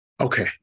Okay